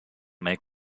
make